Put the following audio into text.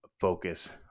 focus